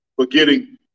forgetting